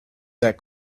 that